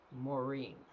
Maureen